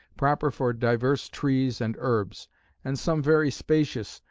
proper for divers trees and herbs and some very spacious,